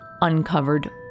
uncovered